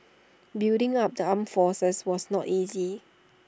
building up the armed forces was not easy